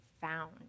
found